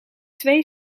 twee